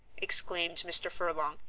exclaimed mr. furlong,